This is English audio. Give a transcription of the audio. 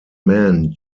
man